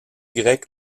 grec